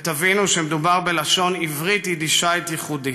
ותבינו שמדובר בלשון עברית אידישאית ייחודית.